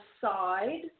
side